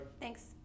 Thanks